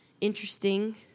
interesting